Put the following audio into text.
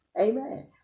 Amen